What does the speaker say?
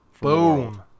Boom